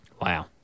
Wow